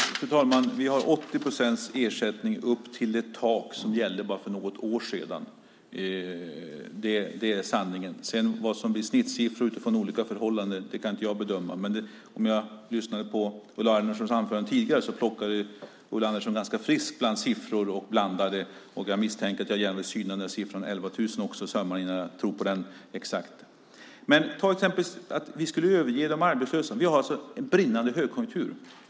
Fru talman! Vi har 80 procents ersättning upp till ett tak som gällde för bara något år sedan. Det är sanningen. Vad som blir snittsiffror utifrån olika förhållanden kan inte jag bedöma. Jag lyssnade på Ulla Anderssons anförande tidigare. Hon plockade ganska friskt bland siffror och blandade. Jag misstänker att jag behöver syna igenom siffran 11 000 innan jag tror på den exakt. Låt oss ta till exempel detta att vi skulle överge de arbetslösa. Vi har en brinnande högkonjunktur.